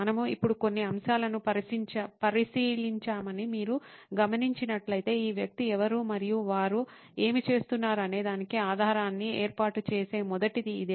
మనము ఇప్పుడు కొన్ని అంశాలను పరిశీలించామని మీరు గమనించినట్లయితే ఈ వ్యక్తి ఎవరు మరియు వారు ఏమి చేస్తున్నారు అనేదానికి ఆధారాన్ని ఏర్పాటు చేసే మొదటిది ఇదే